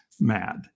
mad